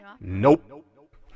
Nope